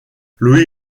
louis